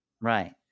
Right